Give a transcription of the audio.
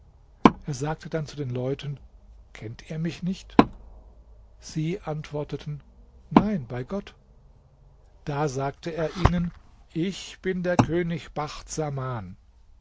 er sagte dann zu den leuten kennt ihr mich nicht sie antworteten nein bei gott da sagte er ihnen ich bin der könig bacht saman